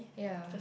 yea